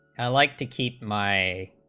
i like to keep my